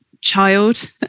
child